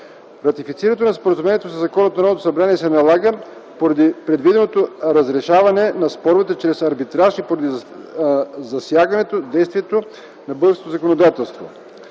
Ратифицирането на споразумението със закон от Народното събрание се налага поради предвиденото разрешаване на споровете чрез арбитраж и засяга действието на българското законодателство.